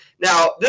Now